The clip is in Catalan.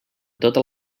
totes